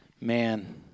man